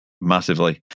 massively